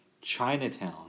Chinatown